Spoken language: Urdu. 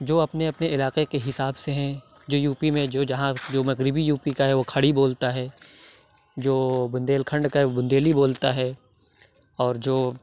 جو اپنے اپنے علاقے کے حساب سے ہیں جو یو پی میں جو جہاں جو مغربی یو پی کا ہے وہ کھڑی بولی بولتا ہے جو بندیل کھنڈ کا ہے وہ بندیلی بولتا ہے اور جو